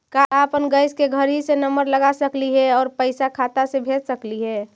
का अपन गैस के घरही से नम्बर लगा सकली हे और पैसा खाता से ही भेज सकली हे?